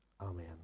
Amen